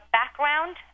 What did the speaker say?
background